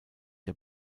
der